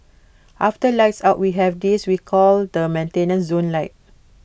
after lights out we have this we call the maintenance zone light